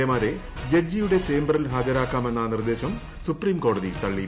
എമാരെ ജഡ്ജിയുടെ ചേമ്പറിൽ ഹാജരാക്കാമെന്ന നിർദ്ദേശം സുപ്രീംകോടതി തള്ളി